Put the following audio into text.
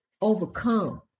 overcome